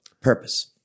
Purpose